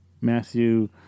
Matthew